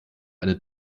eine